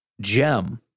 gem